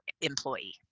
employee